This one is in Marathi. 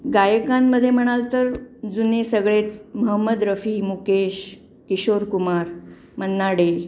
गायकांमध्ये म्हणाल तर जुने सगळेच महम्मद रफी मुकेश किशोर कुमार मन्ना डे